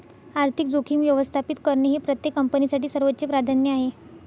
आर्थिक जोखीम व्यवस्थापित करणे हे प्रत्येक कंपनीसाठी सर्वोच्च प्राधान्य आहे